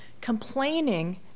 Complaining